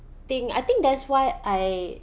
think I think that's why I